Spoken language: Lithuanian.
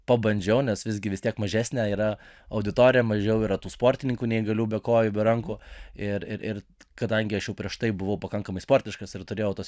pabandžiau nes visgi vis tiek mažesnė yra auditorija mažiau yra tų sportininkų neįgalių be kojų be rankų ir ir ir kadangi aš jau prieš tai buvau pakankamai sportiškas ir turėjau tuos